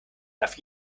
darf